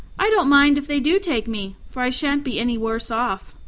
i don't mind if they do take me, for i shan't be any worse off.